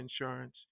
insurance